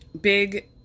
big